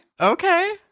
okay